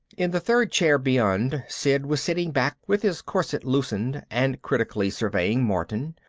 in the third chair beyond, sid was sitting back with his corset loosened and critically surveying martin,